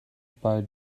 bei